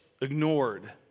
ignored